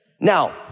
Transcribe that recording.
Now